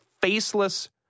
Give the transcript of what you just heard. Faceless